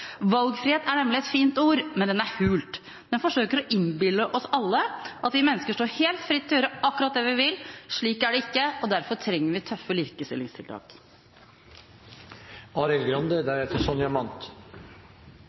Valgfrihet er nemlig et fint ord, men det er hult. Man forsøker å innbille oss alle at vi mennesker står helt fritt til å gjøre akkurat det vi vil – slik er det ikke, og derfor trenger vi tøffe likestillingstiltak.